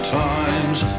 times